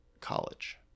college